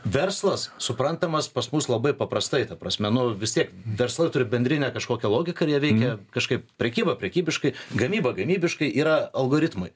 verslas suprantamas pas mus labai paprastai ta prasme nu vis tiek verslai turi bendrinę kažkokią logiką ir jie veikia kažkaip prekyba prekybiškai gamyba gynybiškai yra algoritmai